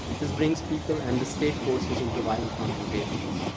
this brings people and the state forces into violent confrontations,